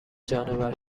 جانور